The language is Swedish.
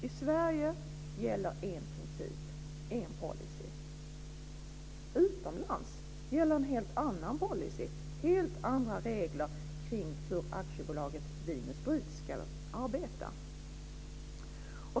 I Sverige gäller en policy, utomlands gäller en helt annan policy, helt andra regler för hur aktiebolaget Vin % Sprit ska arbeta.